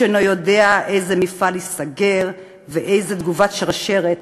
איש אינו יודע איזה מפעל ייסגר ואיזו תגובת שרשרת